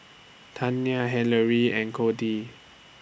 Tania Hillery and Codi